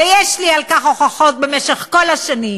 ויש לי על כך הוכחות בכל השנים.